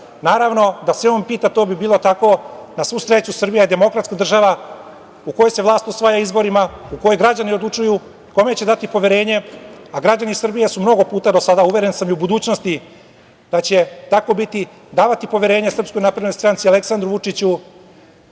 evra. Naravno, da se on pita, to bi bilo tako. Na svu sreću, Srbija je demokratska država u kojoj se vlast osvaja izborima, u kojoj građani odlučuju kome će dati poverenje, a građani Srbije su mnogo puta do sada, a uveren sam i u budućnosti da će tako biti davati poverenje Srpskoj naprednoj stranci i Aleksandru Vučiću,